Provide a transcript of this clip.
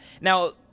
Now